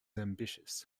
ambitious